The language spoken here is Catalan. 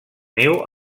niu